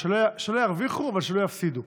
שלא ירוויחו אבל שלא יפסידו.